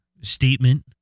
statement